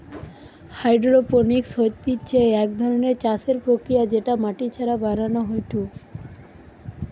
hydroponics হতিছে এক ধরণের চাষের প্রক্রিয়া যেটা মাটি ছাড়া বানানো হয়ঢু